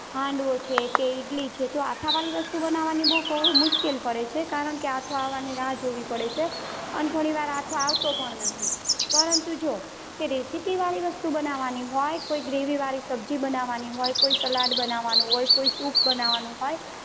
હાંડવો છે કે ઈડલી છે તો આથાવાળી વસ્તુ બનાવવાની બહુ કહુ મુશ્કેલ પડે છે કારણ કે આથો આવવાની રાહ જોવી પડે છે અને ઘણીવાર આથો આવતો પણ નથી પરંતુ જો કે રેસિપીવાળી વસ્તુ બનાવવાની હોય કોઈ ગ્રેવીવાળી સબ્જી બનાવવાની હોય કોઈ સલાડ બનાવવાનું હોય કોઈ સૂપ બનાવવાનું હોય